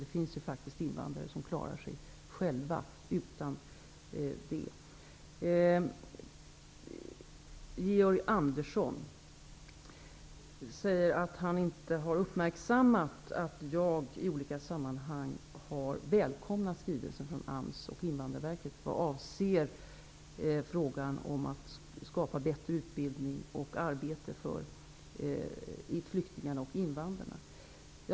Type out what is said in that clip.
Det finns faktiskt invandrare som klarar sig själva. Georg Andersson säger att han inte har uppmärksammat att jag i olika sammanhang har välkomnat skrivelsen från AMS och Invandrarverket vad avser frågan om att skapa bättre utbildning och arbete för flyktingarna och invandrarna.